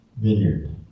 vineyard